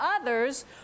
others